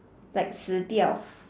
like 死掉：si diao